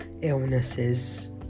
illnesses